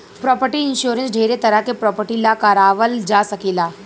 property insurance ढेरे तरह के प्रॉपर्टी ला कारवाल जा सकेला